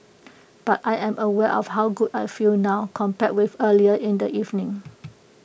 but I am aware of how good I feel now compare with earlier in the evening